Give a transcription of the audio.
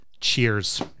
Cheers